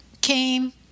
came